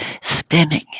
spinning